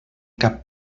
cap